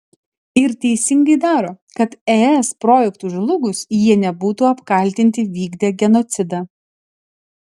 ir teisingai daro kad es projektui žlugus jie nebūtų apkaltinti vykdę genocidą